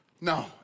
no